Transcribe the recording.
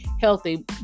healthy